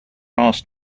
asked